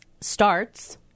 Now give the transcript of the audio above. starts